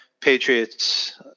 Patriots